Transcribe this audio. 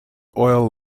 oil